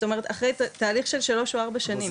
אחרי תהליך של שלוש או ארבע שנים.